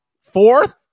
Fourth